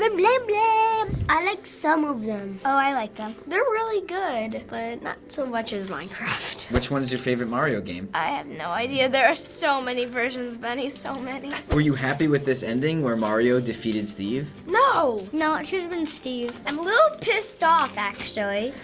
lame, lame! i like some of them. oh, i like them. they're really good, but not so much as minecraft. which one's your favorite mario game? i have no idea. there are so many versions, benny. so many. were you happy with this ending, where mario defeated steve? no! no, it should've been steve. i'm a little pissed off, actually.